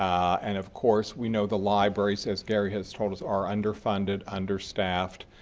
um and of course, we know the libraries, as gary has told us, are under-funded, under-staffed.